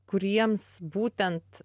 kuriems būtent